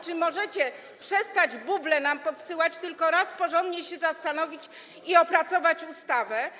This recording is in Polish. Czy możecie przestać nam podsyłać buble i raz porządnie się zastanowić i opracować ustawę?